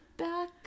back